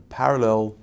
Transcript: parallel